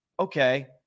Okay